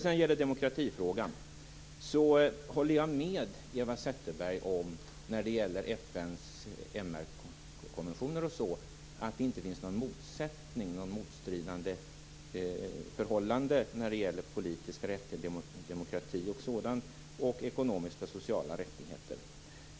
Jag håller med Eva Zetterberg i demokratifrågan när det gäller FN:s MR-konventioner. Det finns inte någon motsättning eller något motstridande förhållande mellan politisk rätt, demokrati och sådant, och ekonomiska och sociala rättigheter.